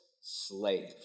slave